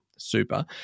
Super